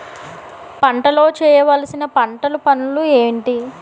పంటలో చేయవలసిన పంటలు పనులు ఏంటి?